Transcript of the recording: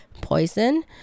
poison